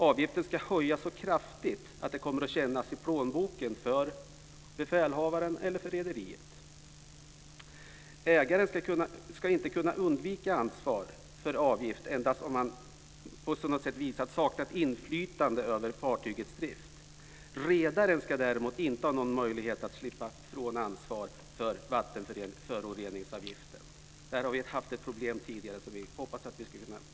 Avgiften ska höjas så kraftigt att det kommer att kännas i plånboken för befälhavaren eller för rederiet. Ägaren ska kunna undgå ansvar för avgift endast om han kan visa att han saknat inflytande över fartygets drift. Redaren ska däremot inte ha någon möjlighet att slippa från ansvaret för vattenföroreningsavgiften. Här har vi haft ett problem tidigare som vi hoppas att vi ska kunna lösa nu.